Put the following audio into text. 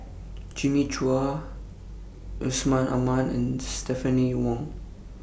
Jimmy Chua Yusman Aman and Stephanie Wong